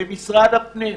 הפנים,